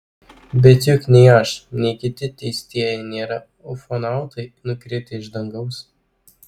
bet juk nei aš nei kiti teistieji nėra ufonautai nukritę iš dangaus